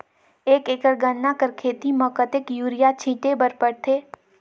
एक एकड़ गन्ना कर खेती म कतेक युरिया छिंटे बर पड़थे?